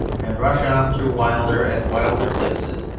and rush on through wilder and wilder places,